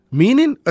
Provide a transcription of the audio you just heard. meaning